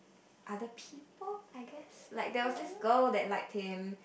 other people I guess like there was this girl that liked him